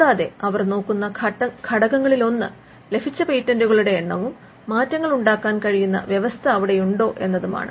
കൂടാതെ അവർ നോക്കുന്ന ഘടകങ്ങളിലൊന്ന് ലഭിച്ച പേറ്റന്റുകളുടെ എണ്ണവും മാറ്റങ്ങളുണ്ടാക്കാൻ കഴിയുന്ന വ്യവസ്ഥ അവിടെയുണ്ടോ എന്നതുമാണ്